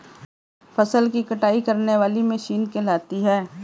फसल की कटाई करने वाली मशीन कहलाती है?